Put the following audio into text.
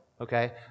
Okay